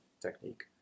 technique